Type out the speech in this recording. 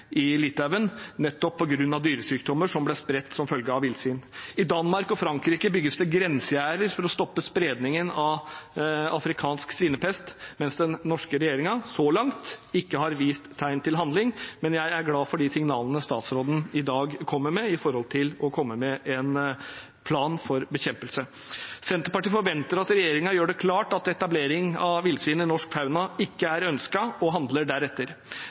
Litauen, nettopp på grunn av dyresykdommer som ble spredt som følge av villsvin. I Danmark og Frankrike bygges det grensegjerder for å stoppe spredningen av afrikansk svinepest, mens den norske regjeringen så langt ikke har vist tegn til handling. Men jeg er glad for de signalene statsråden i dag kommer med om en plan for bekjempelse. Senterpartiet forventer at regjeringen gjør det klart at etablering av villsvin i norsk fauna ikke er ønsket, og at de handler deretter.